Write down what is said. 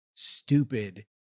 stupid